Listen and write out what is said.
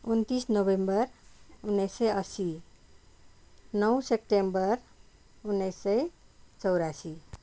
उन्तिस नोभेम्बर उन्नाइस सय अस्सी नौ सेप्टेम्बर उन्नाइस सय चौरासी